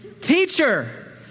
teacher